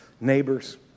neighbors